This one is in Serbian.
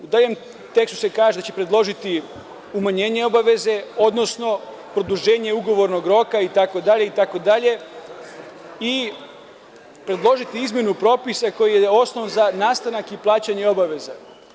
U daljem tekstu se kaže da će predložiti umanjenje obaveze, odnosno produženje ugovornog roka itd. i predložiti izmenu propisa koji je osnov za nastanak i plaćanje obaveza.